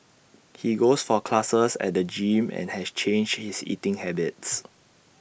he goes for classes at the gym and has changed his eating habits